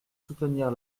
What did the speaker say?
soutenir